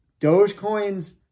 Dogecoin's